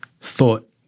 thought